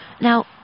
Now